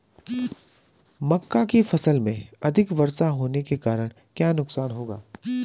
मक्का की फसल में अधिक वर्षा होने के कारण क्या नुकसान होगा?